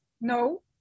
No